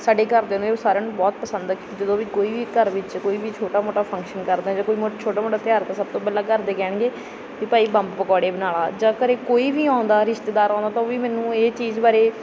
ਸਾਡੇ ਘਰਦਿਆਂ ਨੂੰ ਇਹ ਸਾਰਿਆਂ ਨੂੰ ਬਹੁਤ ਪਸੰਦ ਕਿਉਂਕਿ ਜਦੋਂ ਵੀ ਕੋਈ ਵੀ ਘਰ ਵਿੱਚ ਕੋਈ ਵੀ ਛੋਟਾ ਮੋਟਾ ਫੰਕਸ਼ਨ ਕਰਦਾ ਜਾਂ ਕੋਈ ਮੋ ਛੋਟਾ ਮੋਟਾ ਤਿਉਹਾਰ ਤਾਂ ਸਭ ਤੋਂ ਪਹਿਲਾਂ ਘਰ ਦੇ ਕਹਿਣਗੇ ਵੀ ਭਾਈ ਬੰਬ ਪਕੌੜੇ ਬਣਾ ਲਾ ਜਾਂ ਘਰ ਕੋਈ ਵੀ ਆਉਂਦਾ ਰਿਸ਼ਤੇਦਾਰ ਆਉਂਦਾ ਤਾਂ ਉਹ ਵੀ ਮੈਨੂੰ ਇਹ ਚੀਜ਼ ਬਾਰੇ